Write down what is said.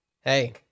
Hey